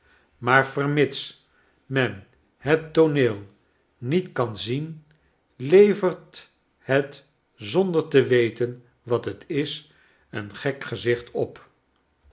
maar vermits men het tooneel niet kan zien levert het zonder te weten wat het is een gek gezicht op